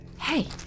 Hey